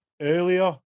earlier